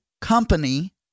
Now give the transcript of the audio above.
company